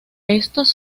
estos